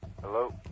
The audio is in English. Hello